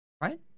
right